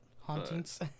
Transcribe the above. hauntings